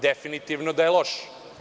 Definitivno da je loš.